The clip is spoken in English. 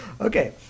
Okay